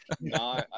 No